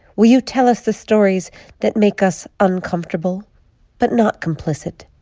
will you tell us the stories that make us uncomfortable but not complicit?